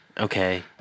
Okay